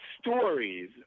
stories